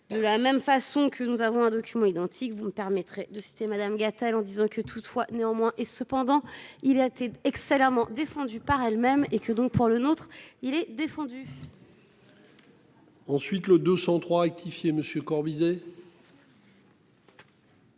De la même façon que nous avons un document identique. Vous me permettrez de citer Madame Gatel en disant que toutefois néanmoins est-ce. Pendant, il a excellemment défendu par elles-mêmes et que donc pour le nôtre il est défendu. Ensuite le 203 rectifier monsieur Corbizet.